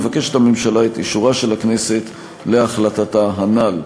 מבקשת הממשלה את אישורה של הכנסת להחלטתה הנ"ל.